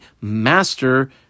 master